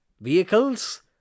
vehicles